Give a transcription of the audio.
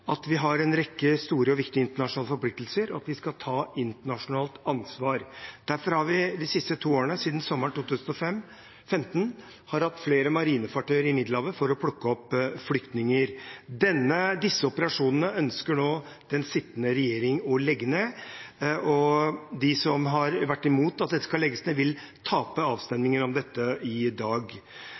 at vi har en rekke store og viktige internasjonale forpliktelser, og at vi skal ta internasjonalt ansvar. Derfor har vi de siste to årene, siden sommeren 2015, hatt flere marinefartøyer i Middelhavet for å plukke opp flyktninger. Disse operasjonene ønsker nå den sittende regjeringen å legge ned. De som har vært imot at de skal legges ned, vil tape avstemningen om dette i dag.